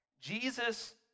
Jesus